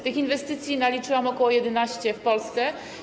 Tych inwestycji naliczyłam ok. 11 w Polsce.